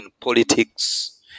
politics